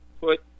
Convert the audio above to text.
put –